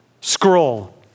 scroll